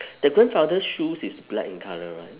the grandfather's shoes is black in colour right